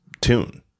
tune